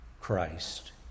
Christ